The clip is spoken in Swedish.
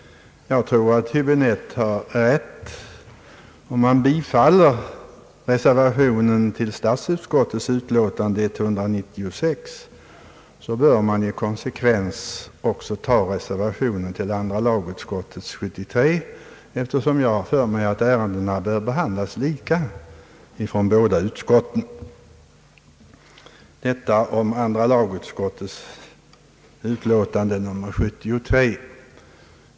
Jag tror att herr Häöbinette har rätt. Om man bifaller reservationen till statsutskottets utlåtande nr 196 så bör man som en konsekvens därav också bifalla reservationen till andra lagutskottets utlåtande nr 73, eftersom ärendena enligt min uppfattning bör behandlas lika från båda utskotten. Detta om andra lagutskottets utlåtande nr 73.